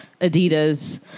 adidas